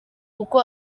kuko